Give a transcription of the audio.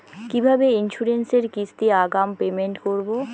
কিভাবে ইন্সুরেন্স এর কিস্তি আগাম পেমেন্ট করবো?